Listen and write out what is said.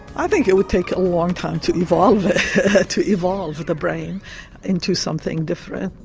i think it would take a long time to evolve to evolve the brain into something different.